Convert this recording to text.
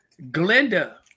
Glenda